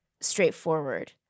straightforward